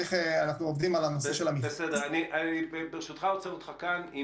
אנחנו עובדים על הנושא של --- ברשותך אני עוצר אותך כאן.